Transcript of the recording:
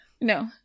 No